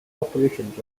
operations